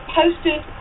posted